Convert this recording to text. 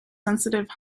sensitive